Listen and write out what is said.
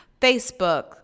Facebook